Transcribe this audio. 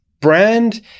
brand